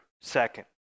second